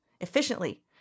efficiently